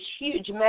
huge